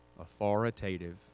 authoritative